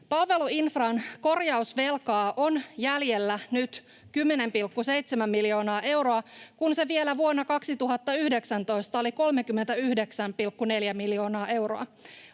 Palveluinfran korjausvelkaa on jäljellä nyt 10,7 miljoonaa euroa, kun se vielä vuonna 2019 oli 39,4 miljoonaa euroa.